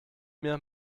mir